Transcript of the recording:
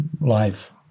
life